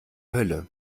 hölle